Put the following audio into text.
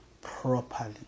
properly